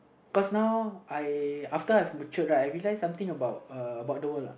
personal I after I've matured right I realized something about uh about the world lah